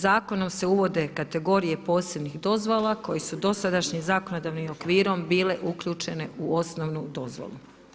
Zakonom se uvode kategorije posebnih dozvola, koji su dosadašnjih zakonodavnim okvirom bile uključene u osnovnu dozvolu.